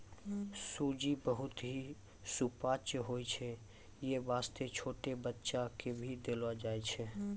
सूजी बहुत हीं सुपाच्य होय छै यै वास्तॅ छोटो बच्चा क भी देलो जाय छै